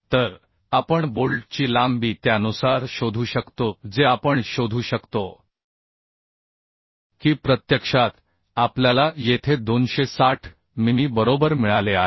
तर आपण बोल्टची लांबी त्यानुसार शोधू शकतो जे आपण शोधू शकतो की प्रत्यक्षात आपल्याला येथे 260 मिमी बरोबर मिळाले आहे